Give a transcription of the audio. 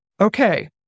Okay